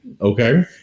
Okay